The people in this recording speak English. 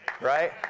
Right